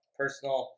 personal